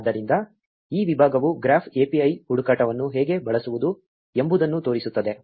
ಆದ್ದರಿಂದ ಈ ವಿಭಾಗವು ಗ್ರಾಫ್ API ಹುಡುಕಾಟವನ್ನು ಹೇಗೆ ಬಳಸುವುದು ಎಂಬುದನ್ನು ತೋರಿಸುತ್ತದೆ